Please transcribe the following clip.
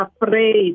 afraid